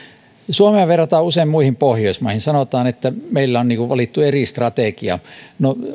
suomea verrataan usein muihin pohjoismaihin sanotaan että meillä on valittu eri strategia no